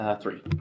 Three